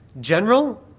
general